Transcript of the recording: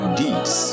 deeds